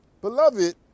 Beloved